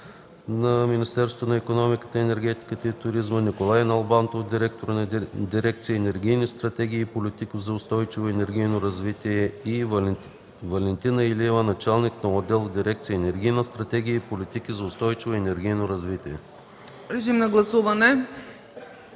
заместник-министър на икономиката, енергетиката и туризма, Николай Налбантов – директор на дирекция „Енергийни стратегии и политики за устойчиво енергийно развитие”, и Валентина Илиева – началник на отдел в дирекция „Енергийни стратегии и политики за устойчиво енергийно развитие”.